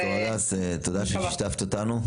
ד"ר הדס, תודה ששיתפת אותנו.